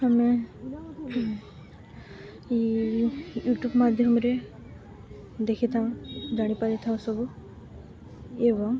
ଆମେ ଇ ୟୁଟ୍ୟୁବ୍ ମାଧ୍ୟମରେ ଦେଖିଥାଉଁ ଜାଣିପାରିଥାଉ ସବୁ ଏବଂ